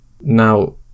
Now